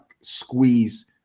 squeeze